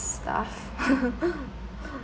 stuff